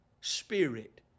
spirit